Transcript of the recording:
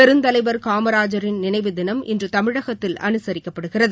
பெருந்தலைவர் காமராஜரின் நினைவு தினம் இன்று தமிழகத்தில் அனுசரிக்கப்படுகிறது